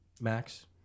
Max